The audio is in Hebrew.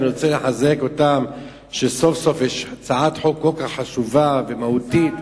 אני רוצה לחזק אותם שסוף-סוף יש הצעת חוק כל כך חשובה ומהותית,